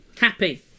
Happy